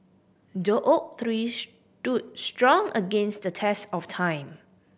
the oak tree stood strong against the test of time